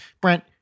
Brent